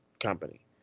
Company